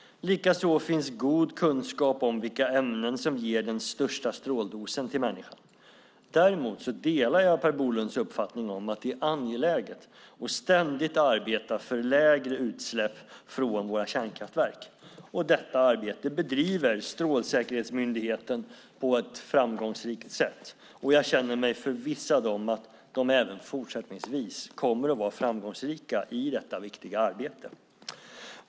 Likaså finns god kunskap om vilka ämnen som ger den största stråldosen till människan. Däremot delar jag Per Bolunds uppfattning om att det är angeläget att ständigt arbeta för lägre utsläpp från våra kärnkraftverk. Detta arbete bedriver Strålsäkerhetsmyndigheten på ett framgångsrikt sätt, och jag känner mig förvissad om att man även fortsättningsvis kommer att vara framgångsrik i detta viktiga arbete.